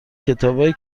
کتابای